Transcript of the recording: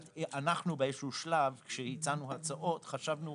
באיזה שהוא שלב, כשהצענו הצעות, אנחנו חשבנו,